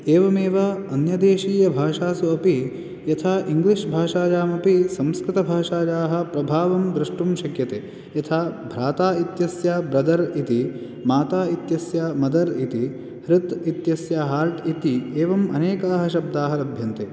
एवमेव अन्यदेशीयभाषासु अपि यथा इङ्ग्लिष् भाषायामपि संस्कृतभाषायाः प्रभावं द्रष्टुं शक्यते यथा भ्राता इत्यस्य ब्रदर् इति माता इत्यस्य मदर् इति हृत् इत्यस्य हार्ट् इति एवम् अनेकाः शब्दाः लभ्यन्ते